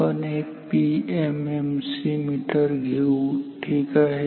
आपण एक PMMC meter घेऊ ठीक आहे